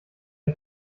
der